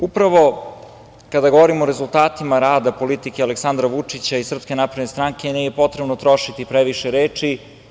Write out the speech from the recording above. Upravo kada govorimo o rezultatima rada politike Aleksandra Vučića i SNS nije potrebno trošiti previše reči.